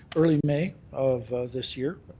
early may of this year.